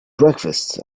breakfast